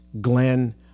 Glenn